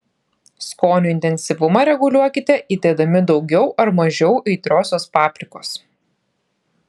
skonio intensyvumą reguliuokite įdėdami daugiau ar mažiau aitriosios paprikos